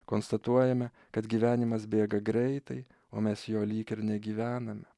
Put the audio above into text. konstatuojame kad gyvenimas bėga greitai o mes jo lyg ir negyvename